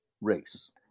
race